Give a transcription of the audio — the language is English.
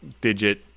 digit